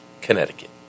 Connecticut